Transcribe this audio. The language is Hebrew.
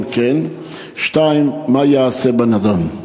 2. אם כן, מה ייעשה בנדון?